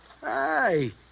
Hey